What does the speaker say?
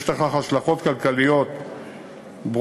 יש לכך השלכות כלכליות ברורות,